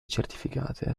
certificate